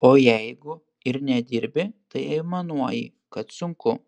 o jeigu ir nedirbi tai aimanuoji kad sunku